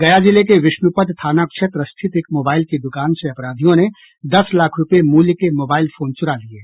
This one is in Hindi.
गया जिले के विष्णुपद थाना क्षेत्र स्थित एक मोबाईल की दुकान से अपराधियों ने दस लाख रुपये मूल्य के मोबाइल फोन चुरा लिये